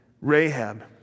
Rahab